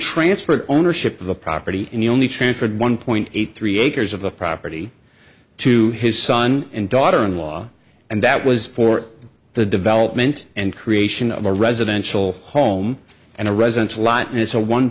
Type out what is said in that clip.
transferred ownership of the property and the only transferred one point eight three acres of the property to his son and daughter in law and that was for the development and creation of a residential home and a